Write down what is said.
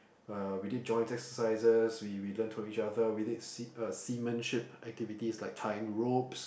uh we did joint exercises we we learn from each other we did sea uh seamanship activities like tying ropes